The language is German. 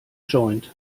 joint